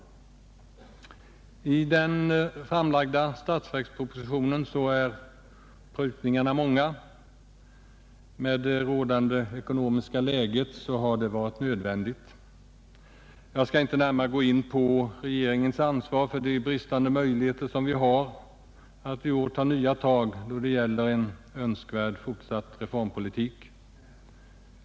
I den framlagda statsverkspropositionen är prutningarna många. Med rådande ekonomiska läge har det varit nödvändigt att pruta. Jag skall inte här närmare ingå på regeringens ansvar för de bristande resurserna när det gäller att i år ta nya tag för en önskad fortsatt reformpolitik.